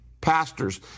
pastors